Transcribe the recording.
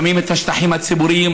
שמים את השטחים הציבוריים,